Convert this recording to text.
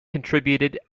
contributed